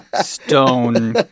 stone